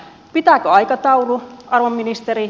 pitääkö aikataulu arvon ministeri